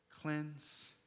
cleanse